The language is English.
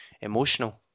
emotional